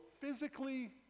physically